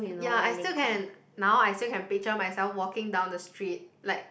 ya I still can now I still can picture myself walking down the street like